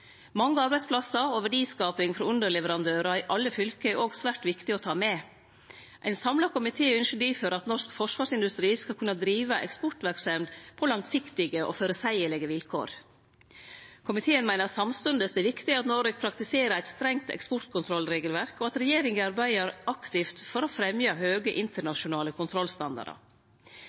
Mange arbeidsplassar og verdiskaping frå underleverandørar i alle fylke er òg svært viktig å ta med. Ein samla komité ynskjer difor at norsk forsvarsindustri skal kunne drive eksportverksemd på langsiktige og føreseielege vilkår. Komiteen meiner samstundes det er viktig at Noreg praktiserer eit strengt eksportkontrollregelverk, og at regjeringa arbeider aktivt for å fremje høge internasjonale